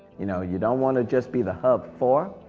you know, you don't want to just be the hub for,